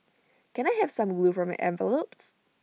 can I have some glue for my envelopes